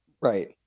right